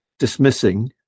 dismissing